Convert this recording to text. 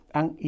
ang